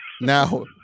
Now